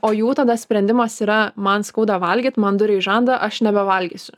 o jų tada sprendimas yra man skauda valgyt man duria į žandą aš nebevalgysiu